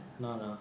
நானா:naanaa